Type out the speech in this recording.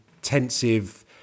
Intensive